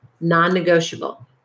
Non-negotiable